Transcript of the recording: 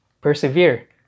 persevere